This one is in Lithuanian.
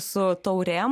su taurėm